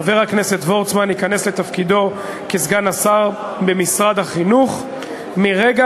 חבר הכנסת וורצמן ייכנס לתפקידו כסגן השר במשרד החינוך מרגע